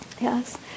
yes